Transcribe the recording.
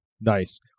Nice